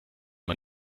man